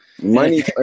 Money